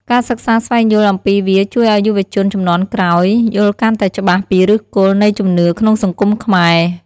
ការសិក្សាស្វែងយល់អំពីវាជួយឲ្យយុវជនជំនាន់ក្រោយយល់កាន់តែច្បាស់ពីឫសគល់នៃជំនឿក្នុងសង្គមខ្មែរ។